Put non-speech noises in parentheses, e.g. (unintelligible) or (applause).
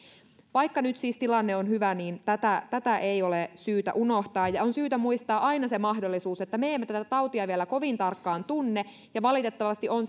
vaikka nyt siis tilanne on hyvä tätä tätä ei ole syytä unohtaa ja on syytä muistaa aina se mahdollisuus että me emme tätä tautia vielä kovin tarkkaan tunne ja valitettavasti on (unintelligible)